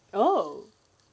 oh